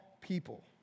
people